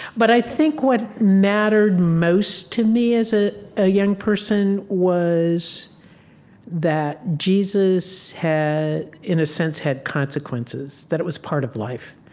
but i think what mattered most to me as ah a young person was that jesus had in a sense had consequences that it was part of life.